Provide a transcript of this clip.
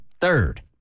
third